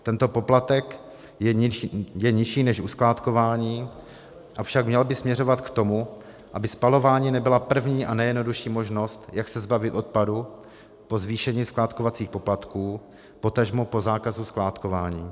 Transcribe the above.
Tento poplatek je nižší než u skládkování, avšak měl by směřovat k tomu, aby spalování nebyla první a nejjednodušší možnost, jak se zbavit odpadu po zvýšení skládkovacích poplatků, potažmo po zákazu skládkování.